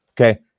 Okay